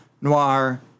noir